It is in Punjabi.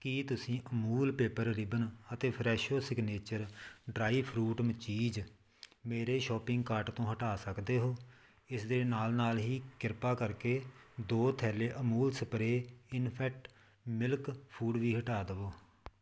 ਕੀ ਤੁਸੀਂ ਅਮੂਲ ਪੇਪਰ ਰਿਬਨ ਅਤੇ ਫਰੈਸ਼ੋ ਸਿਗਨੇਚਰ ਡ੍ਰਾਈ ਫਰੂਟ ਮਚੀਜ਼ ਮੇਰੇ ਸ਼ੋਪਿੰਗ ਕਾਰਟ ਤੋਂ ਹਟਾ ਸਕਦੇ ਹੋ ਇਸ ਦੇ ਨਾਲ ਨਾਲ ਹੀ ਕਿਰਪਾ ਕਰਕੇ ਦੋ ਥੈਲੈ ਅਮੂਲਸਪਰੇਅ ਇਨਫੈਂਟ ਮਿਲਕ ਫੂਡ ਵੀ ਹਟਾ ਦੇਵੋ